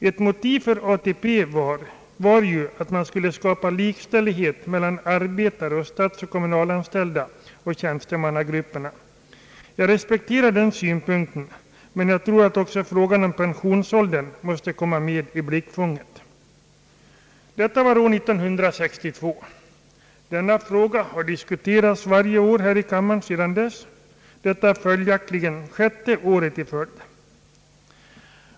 Ett motiv för ATP var ju att man skulle skapa likställighet mellan arbetare och statsoch kommunalanställda och tjänstemannagruppen. Jag respekterar den synpunkten, men jag tror att också frågan om pensionsåldern måste komma med i blickfånget.» Detta var år 1962. Denna fråga har diskuterats varje år här i kammaren sedan dess, detta är följaktligen sjätte året i följd.